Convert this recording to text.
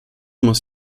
muss